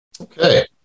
Okay